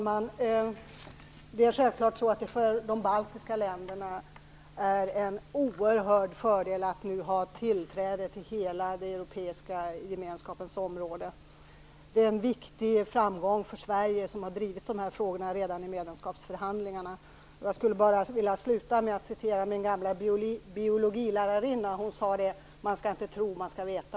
Fru talman! Självfallet är det en oerhörd fördel för de baltiska länderna att nu ha tillträde till hela den europeiska gemenskapens område. Det är en viktig framgång för Sverige, som drev dessa frågor redan i medlemskapsförhandlingarna. Jag vill sluta med att återge vad min gamla biologilärarinna sade: Man skall inte tro, man skall veta.